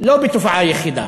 בתופעה יחידה,